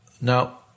Now